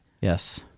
Yes